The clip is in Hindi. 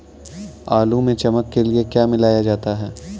आलू में चमक के लिए क्या मिलाया जाता है?